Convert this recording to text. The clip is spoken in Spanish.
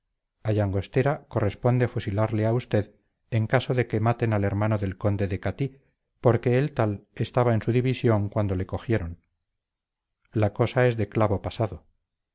a llangostera corresponde fusilarle a usted en caso de que maten al hermano del conde de catí porque el tal estaba en su división cuando le cogieron la cosa es de clavo pasado